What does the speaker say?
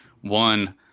one